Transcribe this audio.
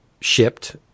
shipped